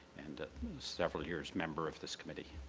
and several years member of this committee.